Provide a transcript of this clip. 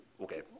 Okay